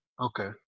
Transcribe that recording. Okay